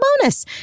bonus